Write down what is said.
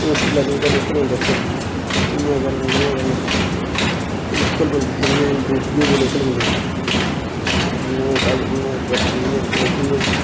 मुश्कल ऐ एह् भई लोकल बंदे आस्तै बी इ'यां करना उ'आं करना लोकल बंदे इ'यां दुखी होए दे लोकल बंदे सारे अज्ज इ'यां कल उ'आं परसूं इ'यां चौथ इ'यां